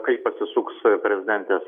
kaip pasisuks prezidentės